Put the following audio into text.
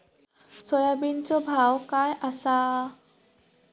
सोयाबीनचो भाव काय आसा?